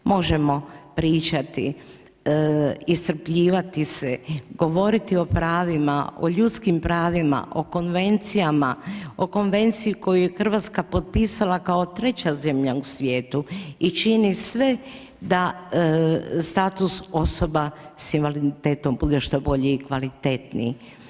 Možemo pričati iscrpljivati se, govoriti o pravima, o ljudski pravima, o konvencijama, o konvenciji koju je Hrvatska potpisala kao 3. zemlja u svijetu i čini sve da status osoba s invaliditetom bude što bolji i kvalitetniji.